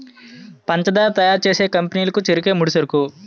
పంచదార తయారు చేసే కంపెనీ లకు చెరుకే ముడిసరుకు